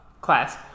class